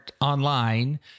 online